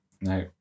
no